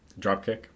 Dropkick